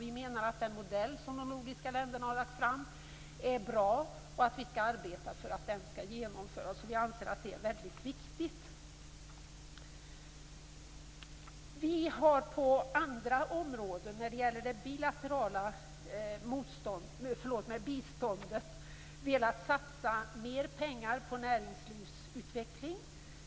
Vi menar att den modell som de nordiska länderna har föreslagit är bra och att man skall arbeta för att den skall genomföras. Vi anser att det är väldigt viktigt. Vi har inom andra områden av det bilaterala biståndet velat satsa mer pengar på näringslivsutveckling.